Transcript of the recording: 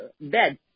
bed